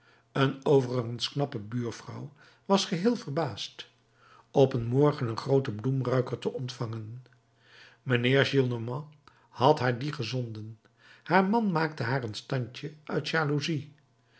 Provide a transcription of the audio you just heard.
een overigens knappe buurvrouw was geheel verbaasd op een morgen een grooten bloemruiker te ontvangen mijnheer gillenormand had haar dien gezonden haar man maakte haar een standje uit jaloezie